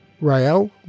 Rael